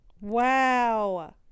Wow